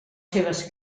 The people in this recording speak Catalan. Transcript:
seves